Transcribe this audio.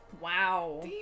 Wow